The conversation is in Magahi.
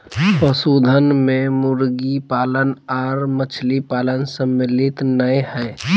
पशुधन मे मुर्गी पालन आर मछली पालन सम्मिलित नै हई